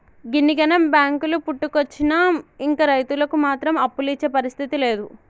గిన్నిగనం బాంకులు పుట్టుకొచ్చినా ఇంకా రైతులకు మాత్రం అప్పులిచ్చే పరిస్థితి లేదు